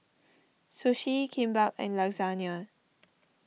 Sushi Kimbap and Lasagne